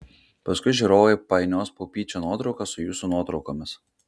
paskui žiūrovai painios pupyčių nuotraukas su jūsų nuotraukomis